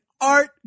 Art